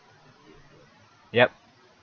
yup